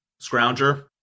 Scrounger